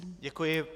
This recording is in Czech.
Děkuji.